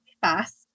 fast